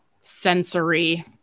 sensory